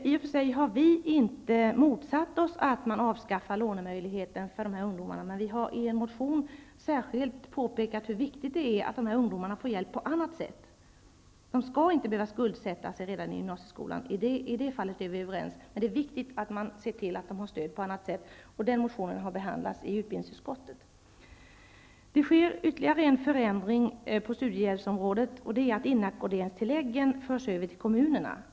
I och för sig har vi socialdemokrater inte motsatt oss att man avskaffar lånemöjligheten för dessa ungdomar, men vi har i en motion särskilt påpekat hur viktigt det är att dessa ungdomar får hjälp på annat sätt. De skall inte behöva skuldsätta sig redan i gymnasieskolan, i det fallet är vi överens. Men det är viktigt att se till att de får stöd på annat sätt. Denna motion har behandlats i utbildningsutskottet. Det sker ytterligare en förändring på studiehjälpsområdet, och det är att ansvaret för inackorderingstilläggen förs över till kommunerna.